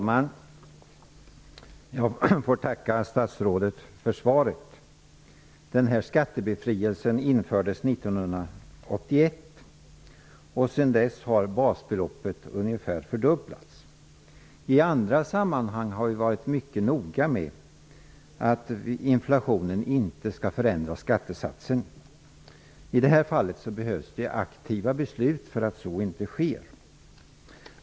Fru talman! Jag får tacka statsrådet för svaret. Skattebefrielsen infördes 1981. Sedan dess har basbeloppet ungefär fördubblats. I andra sammanhang har vi varit mycket noga med att inflationen inte skall förändra skattesatsen. I det här fallet behövs det aktiva beslut för att så inte sker.